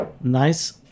nice